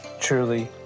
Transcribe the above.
truly